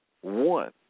One